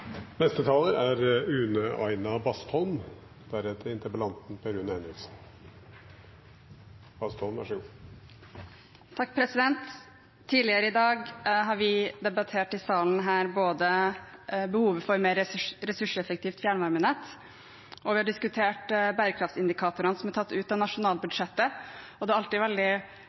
Tidligere i dag har vi her i salen debattert behovet for et mer ressurseffektivt fjernvarmenett og vi har diskutert bærekraftsindikatorene, som er tatt ut av